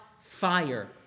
fire